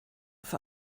für